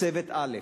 צוות א'